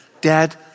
dad